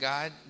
God